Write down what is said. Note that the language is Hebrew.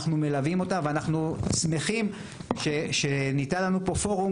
אנחנו מלווים אותה ואנחנו שמחים שניתן לנו פה פורום